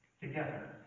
together